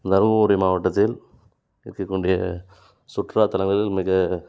தர்மபுரி மாவட்டத்தில் இருக்கக் கூடிய சுற்றுலாத்தலங்களில் மிக